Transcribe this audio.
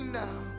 now